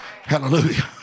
Hallelujah